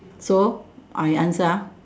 so I answer ah